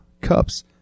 cups